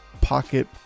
pocket